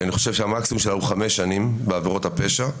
אני חושב שהמקסימום שלה הוא חמש שנים בעבירות הפשע,